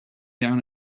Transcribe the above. down